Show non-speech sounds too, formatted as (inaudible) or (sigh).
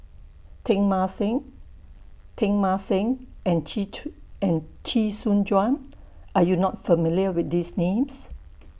Teng Mah Seng Teng Mah Seng and Chee (unintelligible) and Chee Soon Juan Are YOU not familiar with These Names